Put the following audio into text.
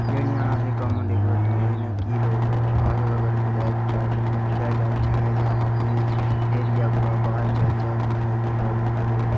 जेह्ड़ियां न असें गी कामन लाईबिलिटियां जियां कि लोग अस अगर कुतै ट्रैवल करचै जाह्चै जां अपने एरिये कोला बाह्र जाह्चै जित्थै की लोक थुहाढ़े